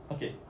Okay